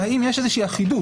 והאם יש איזשהו אחידות?